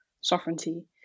sovereignty